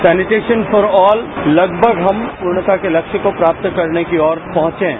sanitation for all लगभग हम पूर्णतया के लक्ष्य को प्राप्त करने की ओर पहुंच चुके हैं